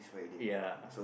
ya